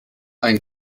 ein